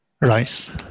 Rice